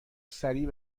سریع